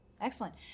Excellent